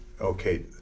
okay